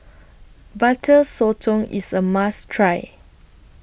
Butter Sotong IS A must Try